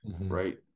Right